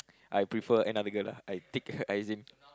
I prefer another girl lah I take her as in